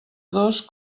dos